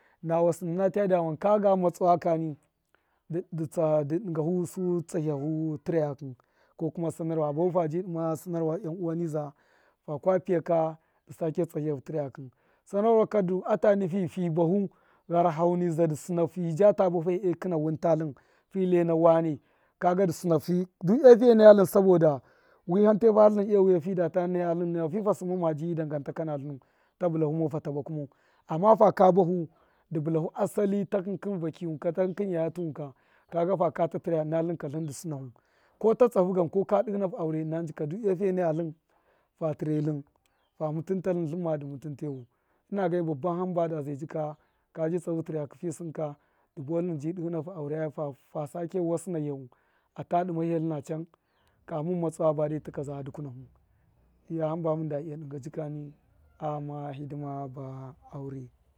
Na wasṫnana ta dyawan ka ga nutsawa kani dṫ dṫnga hu su tsahṫyahu tṫreyakṫ ko kuma sunarwa fa buhu faji dima sanama yan, uwa niza fakwa diya ka dṫ sake tsahṫya hu tireyaki sanarwaka fi buhu gharaho niza dṫ sṫna fi ja ta bafe kṫna munta tlṫn fi lyena wane kaga dṫ sṫna fṫ due fiye naya tlṫn sabada wṫham te fara tlṫn ewiya fida ta naya tlṫn nayau fi fasṫmma maji gangantaka na tlṫnu ta bula fuma bulawu mau fata bahu mau amma faka bahu dṫ bṫlahu asali ta kṫn kṫn vakṫyu ka takṫnkṫn yaua tṫwun k aka ga faka tatlṫra ya ṫna tlṫn dṫ sṫna hu ko ta tsahu gan ko ka dṫmna hu aure ṫna nji ka de e fiye naya tṫn ka fa tṫre tlṫn fa mutuntu tlṫn tlṫmma dṫ mutunta hu ṫna ga babban himbana zai jika kaji tsahu tṫrekṫ fi sṫnka dṫ buwa tlṫn dṫ ji dṫ hṫnafu aure yai fa sake wasṫna hiya hu ata dṫmehiya tlṫna chan kaun natsawe bade tṫka za dukuna hu iya hṫmba mun da iya dṫnga jikani a ghama hidime ba aure.